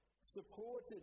supported